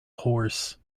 horse